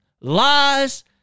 Lies